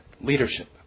leadership